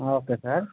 ఆ okay sir